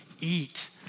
eat